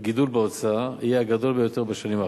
הגידול בהוצאה יהיה הגדול ביותר בשנים האחרונות.